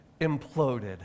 imploded